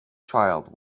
child